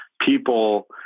people